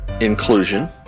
inclusion